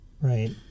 right